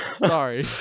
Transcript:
Sorry